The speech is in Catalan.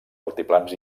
altiplans